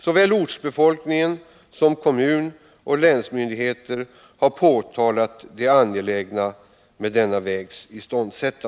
Såväl ortsbefolkningen som kommunen och länsmyndigheterna har framhållit det angelägna i att denna väg iståndsätts.